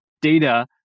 data